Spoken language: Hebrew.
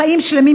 חיים שלמים,